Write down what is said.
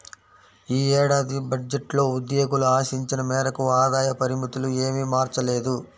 ఈ ఏడాది బడ్జెట్లో ఉద్యోగులు ఆశించిన మేరకు ఆదాయ పరిమితులు ఏమీ మార్చలేదు